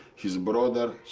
his brother,